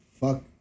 fuck